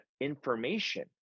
information